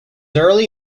early